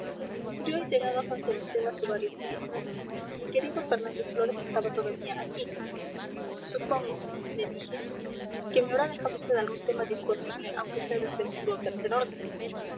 yo he llegado a san sebastián hace varios días mi querido fernández flórez estaba todavía aquí supongo le dije que me habrá dejado usted algún tema disponible aunque sea de segundo o tercer